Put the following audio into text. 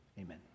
Amen